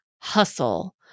hustle